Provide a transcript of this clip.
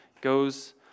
goes